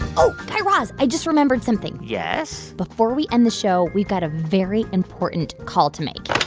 oh. guy raz, i just remembered something yes? before we end the show, we've got a very important call to make.